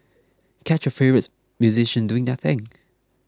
catch your favourites musicians doing their thing